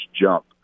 jump